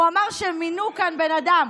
הוא אמר שמינו כאן בן אדם,